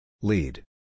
Lead